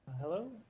Hello